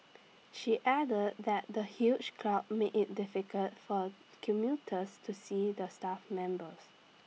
she added that the huge crowd made IT difficult for commuters to see the staff members